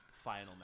final